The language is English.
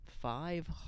five